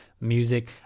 music